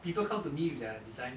people come to me with their design